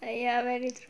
err ya very true